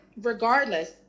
regardless